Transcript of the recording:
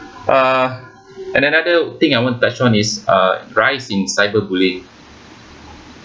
uh and another thing I want to touch on is a rise in cyber bully